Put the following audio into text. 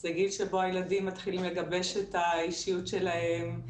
זה גיל שבו הילדים מתחילים לגבש את האישיות שלהם,